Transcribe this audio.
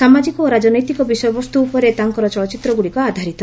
ସାମାଜିକ ଓ ରାଜନୈତିକ ବିଷୟବସ୍ତୁ ଉପରେ ତାଙ୍କର ଚଳଚ୍ଚିତ୍ରଗୁଡ଼ିକ ଆଧାରିତ